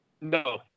No